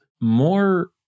more